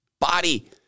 body